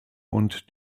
und